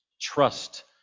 Trust